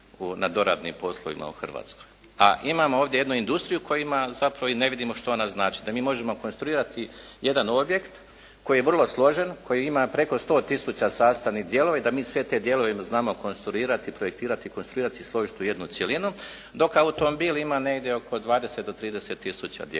na doradnim poslovima u Hrvatskoj. A imamo ovdje jednu industriju koja ima zapravo i ne vidimo što ona znači. Da mi možemo konstruirati jedan objekt koji je vrlo složen, koji ima preko 100 tisuća sastavnih dijelova i da mi sve te dijelove znamo konstruirati i projektirati i složiti u jednu cjelinu, dok automobil ima negdje oko 20 do 30 tisuća dijelova.